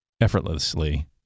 effortlessly